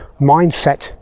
mindset